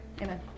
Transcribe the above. amen